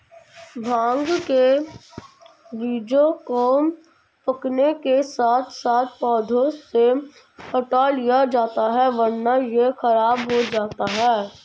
भांग के बीजों को पकने के साथ साथ पौधों से हटा लिया जाता है वरना यह खराब हो जाता है